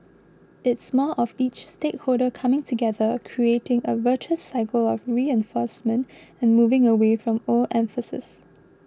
it's more of each stakeholder coming together creating a virtuous cycle of reinforcement and moving away from old emphases